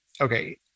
okay